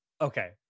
Okay